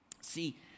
See